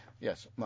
yes